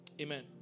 Amen